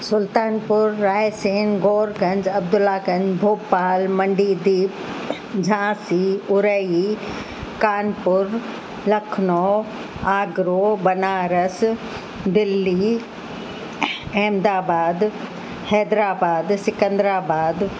सुल्तान पूर Raisen Gauriganj Abdullaganj Bhopal Mandideep Jhansi Orai Kanpur Lucknow आगरो बनारस दिल्ली अहमदाबाद हैदराबाद सिकंदराबाद